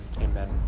Amen